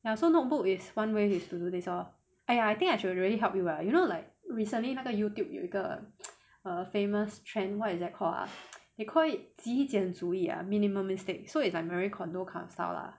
ya so notebook is one way is to do this lor !aiya! I think I should really help you lah you know like recently 那个 Youtube 有一个 uh famous trend what is that called ah they call it 极简主义 ah minimalistic so it's like marie kondo kind of style lah